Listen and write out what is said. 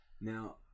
Now